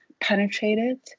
penetrated